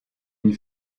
une